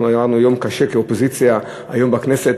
היה לנו יום קשה כאופוזיציה היום בכנסת,